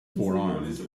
forearmed